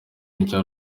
n’icya